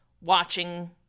watching